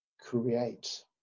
create